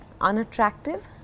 unattractive